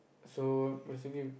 so basically